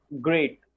great